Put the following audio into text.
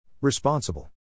Responsible